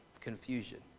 confusion